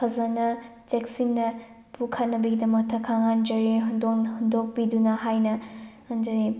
ꯐꯖꯅ ꯆꯦꯛꯁꯤꯟꯅ ꯄꯨꯈꯠꯅꯕꯒꯤꯗꯃꯛꯇ ꯈꯪꯍꯟꯖꯔꯤ ꯍꯨꯟꯗꯣꯛꯄꯤꯗꯨꯅ ꯍꯥꯏꯅ ꯍꯥꯏꯖꯔꯤ